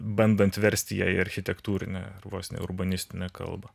bandant versti ją į architektūrinę vos ne urbanistinę kalbą